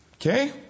Okay